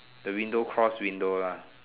the window cross window lah